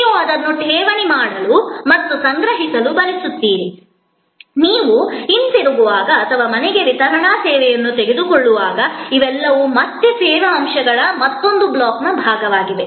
ನೀವು ಅದನ್ನು ಠೇವಣಿ ಮಾಡಲು ಮತ್ತು ಸಂಗ್ರಹಿಸಲು ಬಯಸುತ್ತೀರಿ ನೀವು ಹಿಂತಿರುಗುವಾಗ ಅಥವಾ ಮನೆ ವಿತರಣಾ ಸೇವೆಯನ್ನು ತೆಗೆದುಕೊಳ್ಳುವಾಗ ಇವೆಲ್ಲವೂ ಮತ್ತೆ ಸೇವಾ ಅಂಶಗಳ ಮತ್ತೊಂದು ಬ್ಲಾಕ್ನ ಭಾಗವಾಗಿದೆ